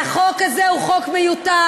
החוק הזה הוא חוק מיותר.